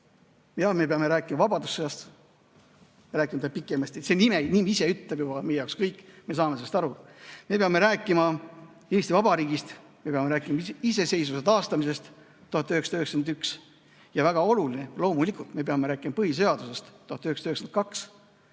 Jaa, me peame rääkima Vabadussõjast – see nimi ise ütleb juba meie jaoks kõik, me saame sellest aru. Me peame rääkima Eesti Vabariigist, me peame rääkima iseseisvuse taastamisest 1991 ja mis väga oluline, loomulikult me peame rääkima põhiseadusest,